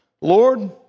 Lord